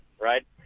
right